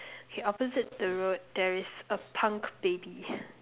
okay opposite the road there is a punk baby